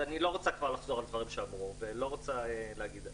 אני לא רוצה לחזור על דברים שאמרו ולא רוצה להגיד את זה,